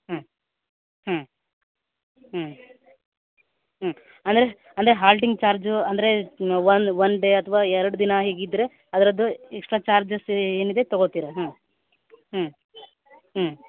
ಹ್ಞೂ ಹ್ಞೂ ಹ್ಞೂ ಹ್ಞೂ ಅಂದರೆ ಹಾಲ್ಟಿಂಗ್ ಚಾರ್ಜು ಅಂದರೆ ಒನ್ ಡೇ ಅಥ್ವಾ ಎರ್ಡು ದಿನ ಹೀಗಿದ್ದರೆ ಅವರದ್ದು ಎಕ್ಸ್ಟ್ರಾ ಚಾರ್ಜಸ್ ಏನಿದೆ ತಗೊಳ್ತೀರಾ ಹ್ಞೂ ಹ್ಞೂ ಹ್ಞೂ